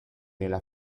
nella